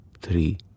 three